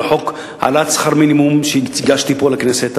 לחוק העלאת שכר מינימום שהגשתי פה בכנסת.